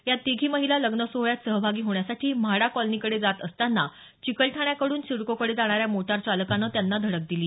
या तिघी महिल लग्नसोहळ्यात सहभागी होण्यासाठी म्हाडा कॉलनीकडे जात असताना चिकलठाण्याकडून सिडकोकडे जाणाऱ्या मोटार चालकानं त्यांना धडक दिली